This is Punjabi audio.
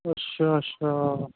ਅੱਛਾ ਅੱਛਾ